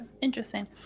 Interesting